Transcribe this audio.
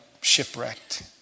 shipwrecked